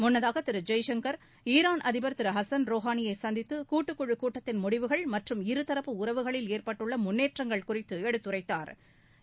முன்னதாக திரு ஜெய்சங்கள் ஈராள் அதிபா் திரு ஹசன் ரோஹானியை சந்தித்து கூட்டுக்குழுக் கூட்டத்தின் முடிவுகள் மற்றும் இருதரப்பு உறவுகளில் ஏற்பட்டுள்ள முன்னேற்றங்கள் குறித்து எடுத்துரைத்தாா்